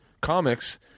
comics